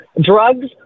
drugs